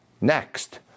next